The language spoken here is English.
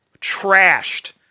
trashed